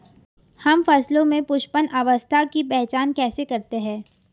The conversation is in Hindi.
हम फसलों में पुष्पन अवस्था की पहचान कैसे करते हैं?